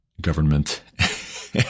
government